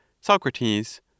Socrates